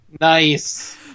Nice